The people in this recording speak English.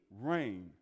rain